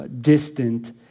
distant